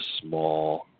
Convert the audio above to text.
small